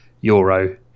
euro